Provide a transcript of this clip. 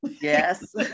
Yes